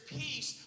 peace